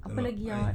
apa lagi awak